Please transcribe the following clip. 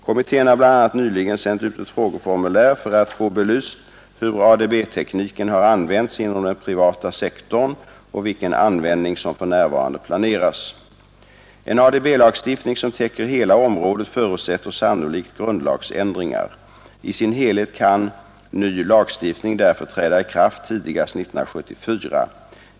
Kommittén har bl.a. nyligen sänt ut ett frågeformulär för att få belyst hur ADB-tekniken har använts inom den privata sektorn och vilken användning som för närvarande planeras. En ADB-lagstiftning som täcker hela området förutsätter sannolikt grundlagsändringar. I sin helhet kan ny lagstiftning därför träda i kraft tidigast 1974.